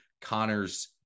connor's